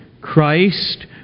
Christ